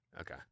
okay